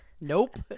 Nope